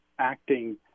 Acting